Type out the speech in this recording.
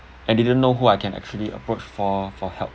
I didn't know who I can actually approach for for for help